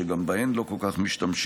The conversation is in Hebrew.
שגם בהן לא כל כך משתמשים,